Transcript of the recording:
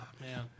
man